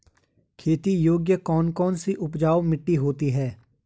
खेती योग्य कौन कौन सी उपजाऊ मिट्टी होती है?